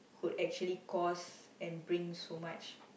could actually cause and bring so much